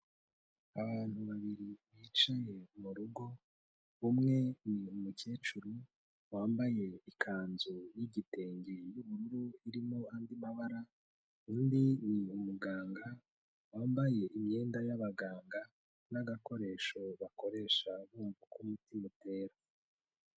Abantu babiri bicaye murugo, umwe ni umukecuru wambaye ikanzu y'igitenge y'ubururu irimo andi mabara, undi ni umuganga, wambaye imyenda y'abaganga, n'agakoresho bakoresha bumva uko umutima utera.